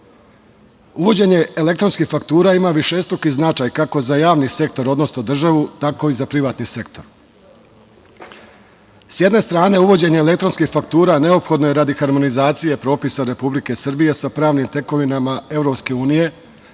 politika. Uvođenje elektronskih faktura ima višestruki značaj kako za javni sektor, odnosno za državu, tako i za privatni sektor.S jedne strane uvođenje elektronskih faktura neophodno je radi harmonizacije propisa Republike Srbije sa pravnim tekovinama EU,